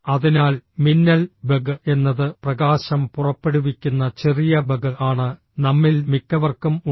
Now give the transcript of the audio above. അതിനാൽ മിന്നൽ ബഗ് എന്നത് പ്രകാശം പുറപ്പെടുവിക്കുന്ന ചെറിയ ബഗ് ആണ് നമ്മിൽ മിക്കവർക്കും ഉണ്ട്